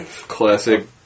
Classic